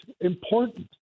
important